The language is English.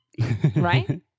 right